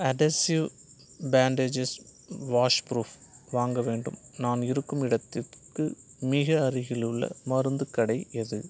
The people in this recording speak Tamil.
அதசிவ் பேன்டேஜஸ் வாஷ்ப்ரூஃப் வாங்க வேண்டும் நான் இருக்கும் இடத்துக்கு மிக அருகிலுள்ள மருத்துக் கடை எது